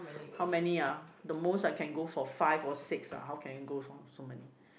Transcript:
how many ah the most I can go for five or six ah how can you go for so many